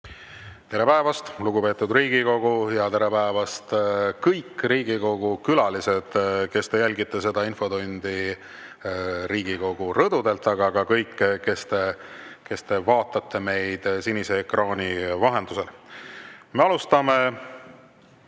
Tere päevast, lugupeetud Riigikogu! Tere päevast, kõik Riigikogu külalised, kes te jälgite seda infotundi Riigikogu rõdudelt, samuti kõik, kes te vaatate meid sinise ekraani vahendusel! Me alustame